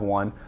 one